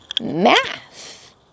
math